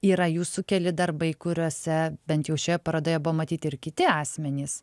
yra jūsų keli darbai kuriuose bent jau šioje parodoje buvo matyti ir kiti asmenys